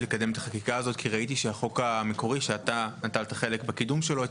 הוא הביא להפחתה של 80% בצריכת שקיות ניילון.